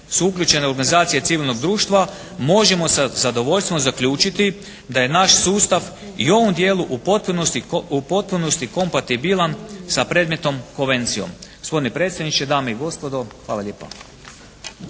uključene organizacije civilnog društva možemo sa zadovoljstvom zaključiti da je naš sustav i u ovom dijelu u potpunosti kompatibilan sa predmetnom konvencijom. Štovani predsjedniče, dame i gospodo hvala lijepa.